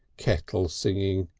kettle singing.